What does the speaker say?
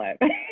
life